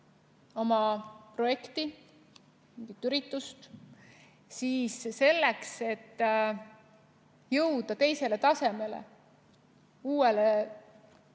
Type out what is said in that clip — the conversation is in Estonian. oma projekti, mingit üritust, siis selleks et jõuda teisele tasemele, uuele